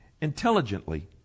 intelligently